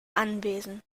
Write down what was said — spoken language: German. anwesen